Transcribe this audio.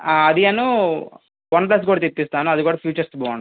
ఆ అదీను వన్ప్లస్ కూడా తెప్పిస్తాను అది కూడా ఫీచర్స్ బాగుంటుంది